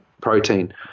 protein